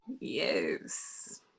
Yes